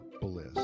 bliss